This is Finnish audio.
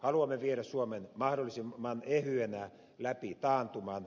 haluamme viedä suomen mahdollisimman ehyenä läpi taantuman